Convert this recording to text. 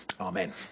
Amen